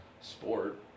sport